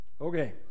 okay